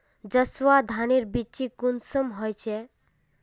जसवा धानेर बिच्ची कुंसम होचए?